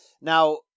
Now